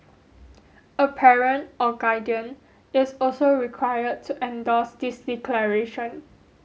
a parent or guardian is also required to endorse this declaration